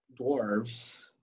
dwarves